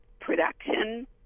production